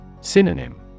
Synonym